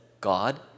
God